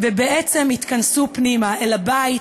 ובעצם יתכנסו פנימה אל הבית,